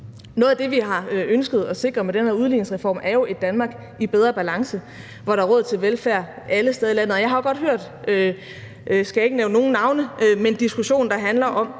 Noget af det, vi har ønsket at sikre med den her udligningsreform, er jo et Danmark i bedre balance, hvor der er råd til velfærd alle steder i landet. Og jeg har godt hørt – jeg skal ikke nævne nogen navne – en diskussion, det handler om,